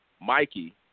Mikey